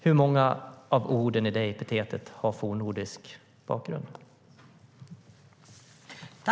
Hur många av orden i det epitetet har fornnordisk bakgrund?